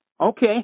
Okay